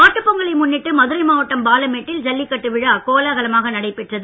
மாட்டுப் பொங்கலை முன்னிட்டு மதுரை மாவட்டம் பாலமேட்டில் ஜல்லிக்கட்டு விழா கோலாகலமாக நடைபெற்றது